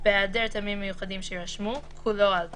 -- "בהעדר טעמים מיוחדים שיירשמו, כולו על תנאי,"